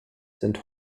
sind